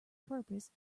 purpose